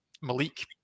Malik